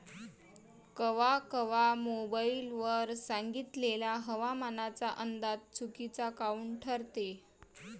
कवा कवा मोबाईल वर सांगितलेला हवामानाचा अंदाज चुकीचा काऊन ठरते?